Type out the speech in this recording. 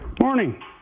Morning